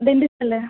ഡെൻ്റിസ്റ്റല്ലേ